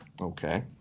Okay